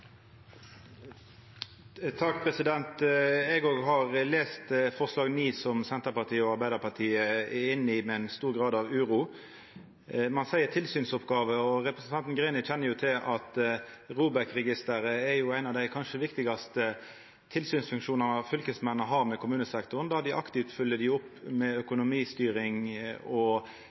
Eg òg har lese forslag nr. 9, som Senterpartiet og Arbeidarpartiet står bak, med ein stor grad av uro. Ein snakkar om tilsynsoppgåver, og representanten Greni kjenner jo til at ROBEK-registeret er ein av dei kanskje viktigaste tilsynsfunksjonane fylkesmennene har med kommunesektoren, der dei aktivt følgjer dei opp med økonomistyring og